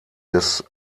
des